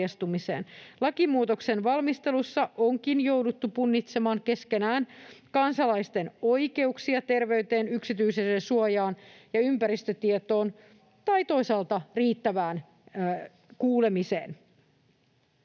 Lakimuutoksen valmistelussa onkin jouduttu punnitsemaan keskenään kansalaisten oikeuksia terveyteen, yksityisyydensuojaan ja ympäristötietoon ja toisaalta riittävään kuulemiseen.